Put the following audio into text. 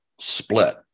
split